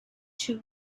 two